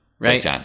right